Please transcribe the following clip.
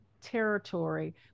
territory